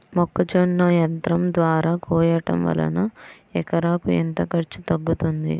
మొక్కజొన్న యంత్రం ద్వారా కోయటం వలన ఎకరాకు ఎంత ఖర్చు తగ్గుతుంది?